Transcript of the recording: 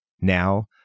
Now